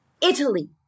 Italy